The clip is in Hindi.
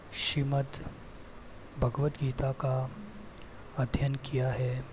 श्रीमद्भगवद् गीता का अध्ययन किया है